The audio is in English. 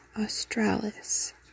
australis